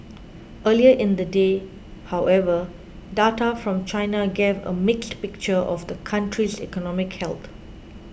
earlier in the day however data from China gave a mixed picture of the country's economic health